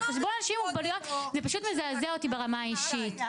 זה על חשבון אנשים עם מוגבלויות וזה פשוט מזעזע אותי ברמה האישית.